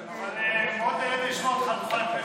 אני מאוד נהנה לשמוע אותך.